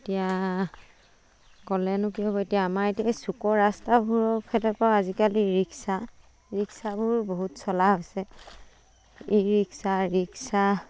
এতিয়া ক'লেনো কি হ'ব এতিয়া আমাৰ এতিয়া এই চুকৰ ৰাস্তাবোৰৰ ফালৰ পৰা আজিকালি ৰিক্সা ৰিক্সাবোৰ বহুত চলা হৈছে ই ৰিক্সা ৰিক্সা